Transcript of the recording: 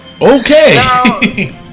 okay